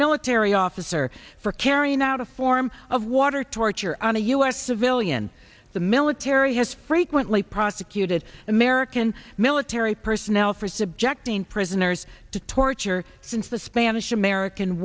military officer for carrying out a form of water torture on a u s civilian the military has frequently prosecuted american military personnel for subjecting prisoners to torture since the spanish american